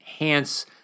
enhance